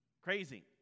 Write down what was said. Crazy